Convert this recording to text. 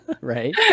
Right